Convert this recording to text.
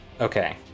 Okay